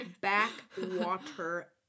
Backwater